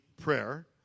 prayer